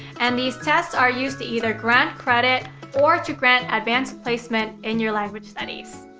and, these tests are used to either grant credit or to grant advanced placement in your language studies.